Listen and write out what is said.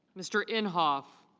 mr. imhoff.